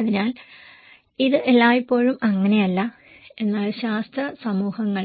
അതിനാൽ ഇത് എല്ലായ്പ്പോഴും അങ്ങനെയല്ല എന്നാൽ ശാസ്ത്ര സമൂഹങ്ങൾ